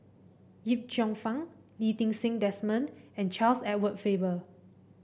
Yip Cheong Fun Lee Ti Seng Desmond and Charles Edward Faber